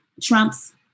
Trump's